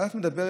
אבל את מדברת